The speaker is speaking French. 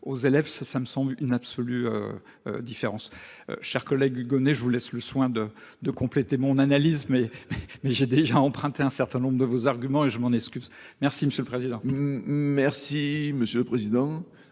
aux élèves, ça me semble une absolue différence. Cher collègue Gonnet, je vous laisse le soin de compléter mon analyse. mais j'ai déjà emprunté un certain nombre de vos arguments et je m'en excuse. Merci M. le Président.